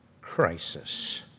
crisis